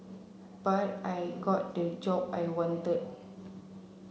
but I got the job I wanted